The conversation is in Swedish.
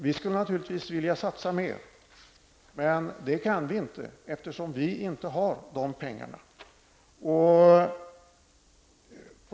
Vi skulle naturligtvis vilja satsa mer, men det kan vi inte eftersom vi inte har de pengarna.